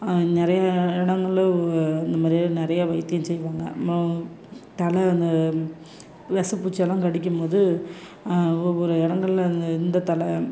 நிறைய இடங்கள்ல இந்த மாதிரிலாம் நிறைய வைத்தியம் செய்வாங்க மு தழை இந்த விச பூச்செல்லாம் கடிக்கும் போது ஒவ்வொரு இடங்கள்ல அந்த இந்த தழை